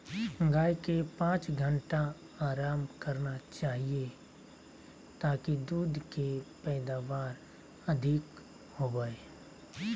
गाय के पांच घंटा आराम करना चाही ताकि दूध के पैदावार अधिक होबय